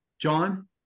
john